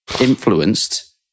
Influenced